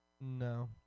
No